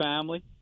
family